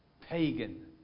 pagan